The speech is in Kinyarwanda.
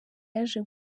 yaje